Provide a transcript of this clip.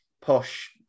posh